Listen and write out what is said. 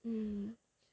mm